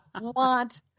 want